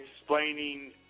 explaining